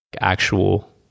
actual